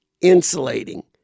insulating